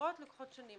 החקירות לוקחות שנים.